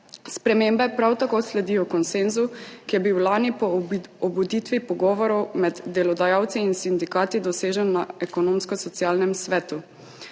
Spremembe prav tako sledijo konsenzu, ki je bil lani po obuditvi pogovorov med delodajalci in sindikati dosežen na Ekonomsko-socialnem svetu.